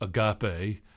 agape